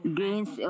gains